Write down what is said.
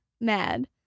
mad